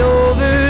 over